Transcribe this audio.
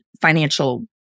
financial